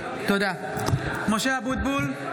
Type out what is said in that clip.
(קוראת בשמות חברי הכנסת) משה אבוטבול,